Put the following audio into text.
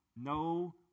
no